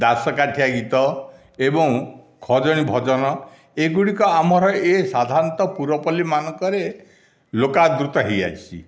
ଦାସକାଠିଆ ଗୀତ ଏବଂ ଖଜଣି ଭଜନ ଏଗୁଡ଼ିକ ଆମର ଏ ସାଧାରଣତଃ ପୁରପଲ୍ଲୀମାନଙ୍କରେ ଲୋକାଦୃତ ହୋଇଆଛି